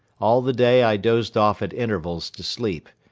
all the day i dozed off at intervals to sleep.